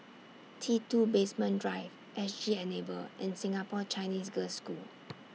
T two Basement Drive S G Enable and Singapore Chinese Girls' School